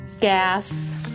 gas